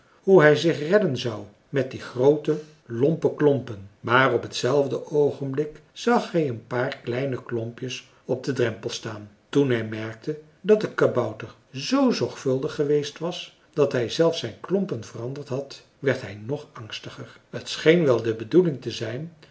hoe hij zich redden zou met die groote lompe klompen maar op t zelfde oogenblik zag hij een paar kleine klompjes op den drempel staan toen hij merkte dat de kabouter zoo zorgvuldig geweest was dat hij zelfs zijn klompen veranderd had werd hij nog angstiger t scheen wel de bedoeling te zijn